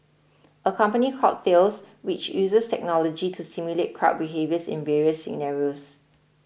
a company called Thales which uses technology to simulate crowd behaviours in various scenarios